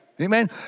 Amen